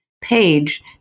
page